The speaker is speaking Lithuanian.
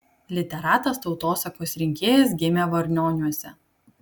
literatas tautosakos rinkėjas gimė varnioniuose